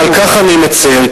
ועל כך אני מצר,